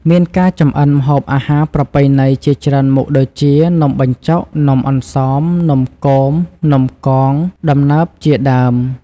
មានការចម្អិនម្ហូបអាហារប្រពៃណីជាច្រើនមុខដូចជា នំបញ្ចុក នំអន្សម នំគម នំកង ដំណើបជាដើម។